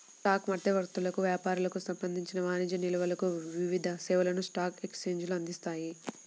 stock మధ్యవర్తులకు, వ్యాపారులకు సంబంధించిన వాణిజ్య నిల్వలకు వివిధ సేవలను స్టాక్ ఎక్స్చేంజ్లు అందిస్తాయి